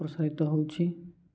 ପ୍ରୋତ୍ସାହିତ ହଉଛି